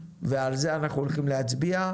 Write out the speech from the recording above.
ועל זה אנחנו הולכים להצביע.